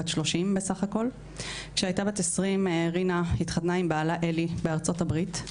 בת 30 בסך הכל כשהייתה בת 20 רינה התחתנה עם בעלה אלי בארצות הברית,